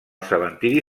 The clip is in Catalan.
cementiri